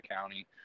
county